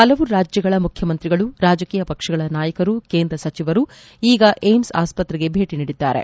ಹಲವು ರಾಜ್ಯಗಳ ಮುಖ್ಯಮಂತ್ರಿಗಳು ರಾಜಕೀಯ ಪಕ್ಷಗಳ ನಾಯಕರು ಕೇಂದ್ರ ಸಚಿವರು ಈಗ ಏಮ್ಸ್ ಆಸ್ಪತ್ರೆಗೆ ಭೇಟಿ ನೀಡಿದ್ದಾರೆ